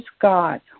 God